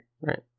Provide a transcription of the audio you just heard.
Right